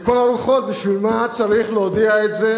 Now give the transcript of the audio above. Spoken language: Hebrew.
לכל הרוחות, בשביל מה צריך להודיע את זה